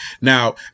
Now